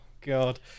god